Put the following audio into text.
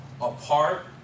Apart